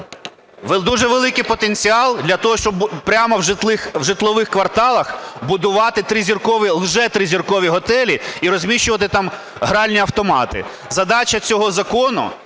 Дуже великий потенціал для того, щоб прямо в житлових кварталах будувати лжетризіркові готелі і розміщувати там гральні автомати. Задача цього закону